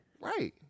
Right